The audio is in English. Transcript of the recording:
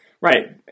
Right